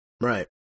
Right